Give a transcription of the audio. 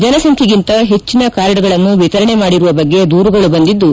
ಜನಸಂಖ್ಯೆಗಿಂತ ಹೆಚ್ಚನ ಕಾರ್ಡ್ಗಳನ್ನು ವಿತರಣೆ ಮಾಡಿರುವ ಬಗ್ಗೆ ದೂರುಗಳು ಬಂದಿದ್ದು